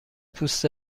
پوست